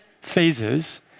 phases